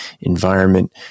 environment